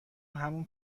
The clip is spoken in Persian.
همون